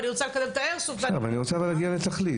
אבל --- אני רוצה להגיע לתכלית.